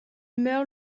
meurt